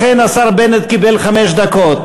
לכן השר בנט קיבל חמש דקות.